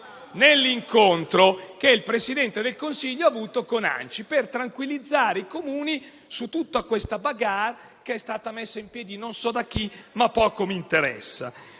nell'incontro che il Presidente del Consiglio ha avuto con l'ANCI per tranquillizzare i Comuni su tutta questa *bagarre* che è stata messa in piedi (non so da chi, ma poco mi interessa).